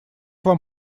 вам